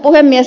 puhemies